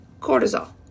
Cortisol